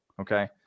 okay